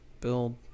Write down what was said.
build